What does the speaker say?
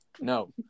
No